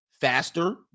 faster